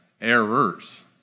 errors